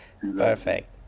perfect